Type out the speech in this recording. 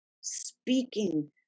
speaking